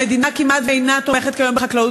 המדינה כמעט אינה תומכת כיום בחקלאות,